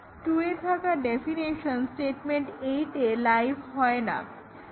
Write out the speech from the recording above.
2 এ থাকা definition statement 8 এ লাইভ নয়